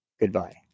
Goodbye